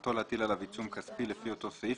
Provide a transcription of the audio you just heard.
בכוונתו להטיל עליו עיצום כספי לפי אותו סעיף,